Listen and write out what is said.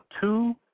Two